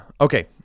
Okay